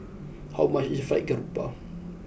how much is Fried Garoupa